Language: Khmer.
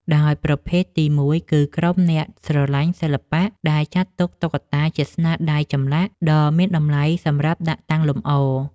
ដោយប្រភេទទីមួយគឺ ក្រុមអ្នកស្រឡាញ់សិល្បៈ ដែលចាត់ទុកតុក្កតាជាស្នាដៃចម្លាក់ដ៏មានតម្លៃសម្រាប់ដាក់តាំងលម្អ។